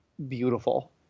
beautiful